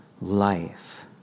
life